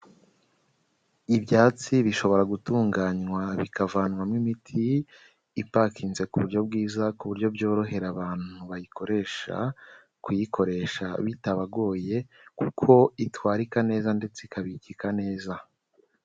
Ibyatsi bishobora gutunganywa bikavanwamo imiti ipakinze ku buryo bwiza, ku buryo byorohera abantu bayikoresha kuyikoresha bitabagoye kuko itwararika neza ndetse ikabikika neza.